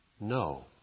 No